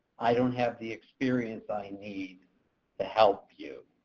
i don't have the experience i need to help you.